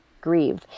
grieve